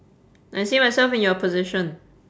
I see myself in your position